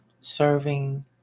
serving